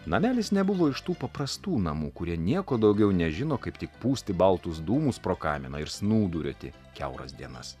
namelis nebuvo iš tų paprastų namų kurie nieko daugiau nežino kaip tik pūsti baltus dūmus pro kaminą ir snūduriuoti kiauras dienas